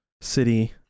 city